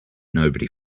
nobody